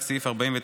רק סעיף 49,